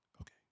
Okay